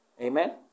Amen